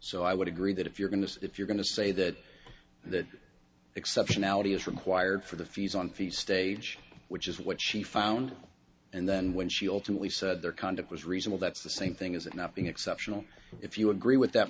so i would agree that if you're going to if you're going to say that that exceptionality is required for the fees on fees stage which is what she found and then when she ultimately said their conduct was reasonable that's the same thing as if nothing exceptional if you agree with that